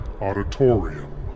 Auditorium